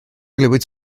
glywed